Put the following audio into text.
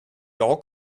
your